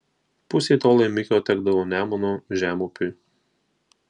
pusė to laimikio tekdavo nemuno žemupiui